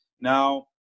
now